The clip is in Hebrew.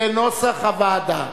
כנוסח הוועדה.